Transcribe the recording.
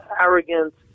arrogant